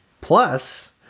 plus